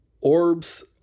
orbs